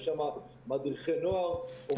יש שם מדריכי נוער וכו'.